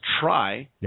try